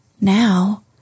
Now